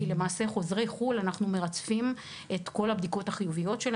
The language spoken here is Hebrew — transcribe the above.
כי למעשה אנחנו מרצפים את כל הבדיקות החיוביות של חוזרי חו"ל.